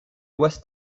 west